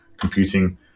computing